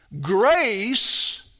Grace